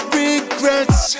regrets